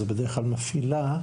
זה בדרך כלל מפעילה,